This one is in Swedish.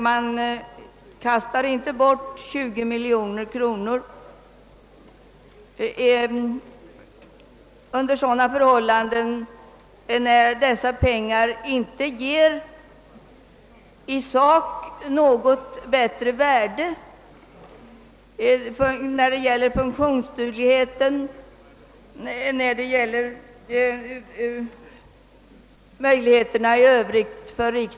Man kastar inte bort 20 miljoner kronor, och det är ju fallet när pengarna inte ger någon ökad funktionsduglighet för riksdagen eller förbättrade arbetsmöjligheter i övrigt.